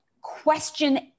question